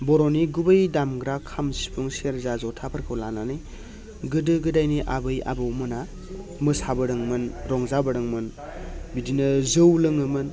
बर'नि गुबै दामग्रा खाम सिफुं सेरजा जथाफोरखौ लानानै गोदो गोदायनि आबै आबौमोना मोसाबोदोंमोन रंजाबोदोंमोन बिदिनो जौ लोङोमोन